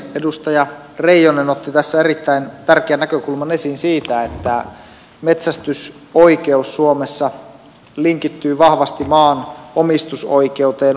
edustaja reijonen otti tässä erittäin tärkeän näkökulman esiin siitä että metsästysoikeus suomessa linkittyy vahvasti maan omistusoikeuteen